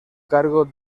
cargo